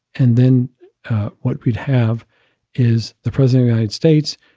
and then what we'd have is the president, united states,